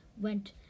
went